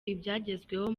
ibyagezweho